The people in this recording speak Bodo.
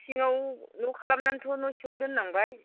सिङाव न' खालामनानैथ' न' सिङाव दोननांबाय